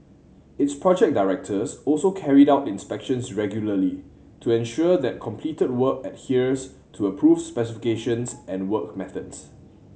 its project directors also carried out inspections regularly to ensure that completed work adheres to approved specifications and work methods